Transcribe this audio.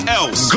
else